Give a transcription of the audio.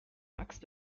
axt